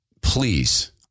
please